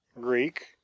greek